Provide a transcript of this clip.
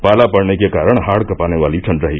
पाला पड़ने के कारण हाड कपाने वाली ठण्ड रही